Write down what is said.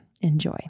enjoy